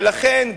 ולכן,